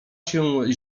się